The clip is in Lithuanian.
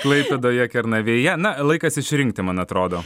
klaipėdoje kernavėje na laikas išrinkti man atrodo